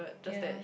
ya